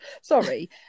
sorry